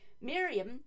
Miriam